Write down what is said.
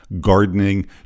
gardening